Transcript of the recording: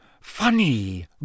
funny